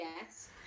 yes